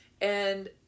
and-